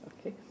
Okay